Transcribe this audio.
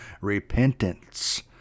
repentance